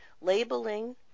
labeling